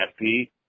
FP